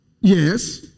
Yes